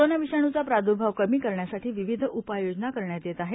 corona विषाणुचा प्रादर्भाव कमी करण्यासाठी विविध उपाययोजना करण्यात येत आहेत